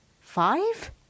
Five